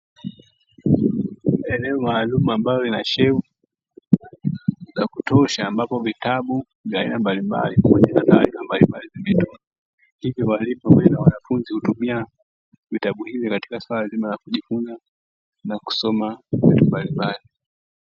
Eneo maalum ambalo lina shelfu za kutosha ambapo vitabu vya aina mbalimbali hivyo walimu pamoja na wanafunzi hutumia vitabu hivi katika swala zima la kujifunza na kusoma elimu mbalimbali.